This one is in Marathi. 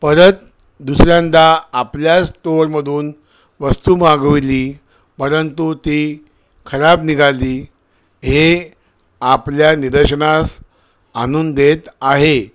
परत दुसऱ्यांदा आपल्या स्टोअरमधून वस्तू मागविली परंतु ती खराब निघाली हे आपल्या निदर्शनास आणून देत आहे